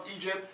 Egypt